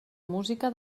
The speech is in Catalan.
música